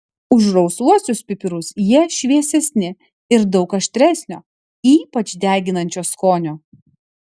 už rausvuosius pipirus jie šviesesni ir daug aštresnio ypač deginančio skonio